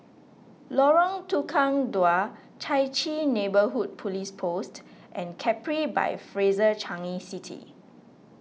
Lorong Tukang Dua Chai Chee Neighbourhood Police Post and Capri by Fraser Changi City